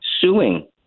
suing